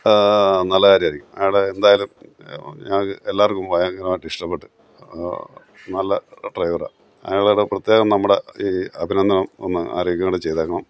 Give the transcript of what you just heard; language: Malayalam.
നല്ല കാര്യമായിരിക്കും അയാളെ എന്തായാലും ഞങ്ങൾക്ക് എല്ലാവർക്കും ഭയങ്കരമായിട്ട് ഇഷ്ടപ്പെട്ട് നല്ല ഡ്രൈവറാണ് അയാളോട് പ്രത്യേകം നമ്മുടെ ഈ അഭിനന്ദനം ഒന്ന് അറിയിക്കേം കൂടി ചെയ്തേക്കണം